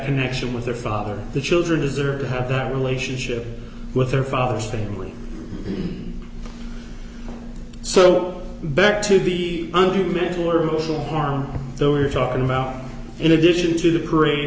connection with their father the children deserve to have that relationship with their father's family so back to the un to mental or emotional harm they were talking about in addition to the p